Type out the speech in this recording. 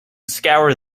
scour